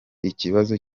ikibazo